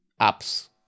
apps